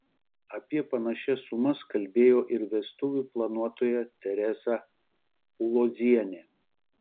apie panašias sumas kalbėjo ir vestuvių planuotoja teresa ulozienė